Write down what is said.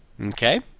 Okay